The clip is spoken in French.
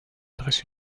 dresse